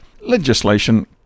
Legislation